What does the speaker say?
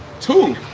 Two